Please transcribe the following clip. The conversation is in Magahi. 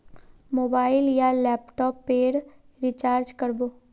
मोबाईल या लैपटॉप पेर रिचार्ज कर बो?